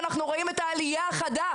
אנחנו רואים את העליה החדה,